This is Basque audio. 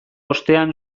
ostean